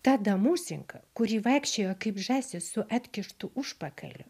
tada musinka kuri vaikščiojo kaip žąsis su atkištu užpakaliu